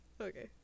Okay